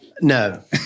No